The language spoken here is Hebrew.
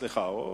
סליחה.